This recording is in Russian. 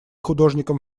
художником